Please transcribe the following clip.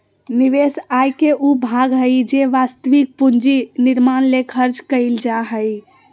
निवेश आय के उ भाग हइ जे वास्तविक पूंजी निर्माण ले खर्च कइल जा हइ